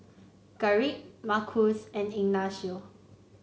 Garrick Markus and Ignacio